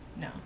No